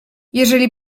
jeżeli